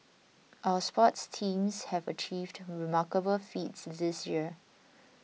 our sports teams have achieved remarkable feats this year